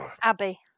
Abby